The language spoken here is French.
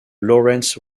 lawrence